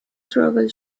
travel